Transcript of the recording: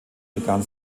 begann